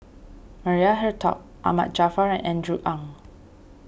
Maria Hertogh Ahmad Jaafar and Andrew Ang